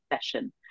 session